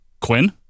Quinn